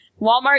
Walmart